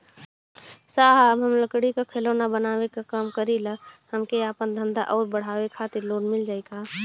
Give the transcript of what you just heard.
साहब हम लंगड़ी क खिलौना बनावे क काम करी ला हमके आपन धंधा अउर बढ़ावे के खातिर लोन मिल जाई का?